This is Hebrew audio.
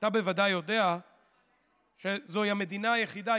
אתה בוודאי יודע שזוהי המדינה היחידה,